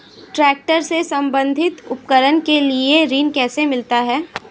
Tractor से संबंधित उपकरण के लिए ऋण कैसे मिलता है?